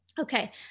Okay